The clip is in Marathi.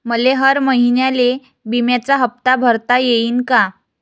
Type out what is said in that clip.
मले हर महिन्याले बिम्याचा हप्ता भरता येईन का?